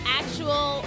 actual